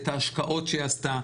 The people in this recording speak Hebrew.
את ההשקעות שהיא עשתה,